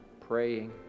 praying